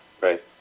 Right